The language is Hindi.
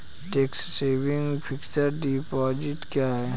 टैक्स सेविंग फिक्स्ड डिपॉजिट क्या है?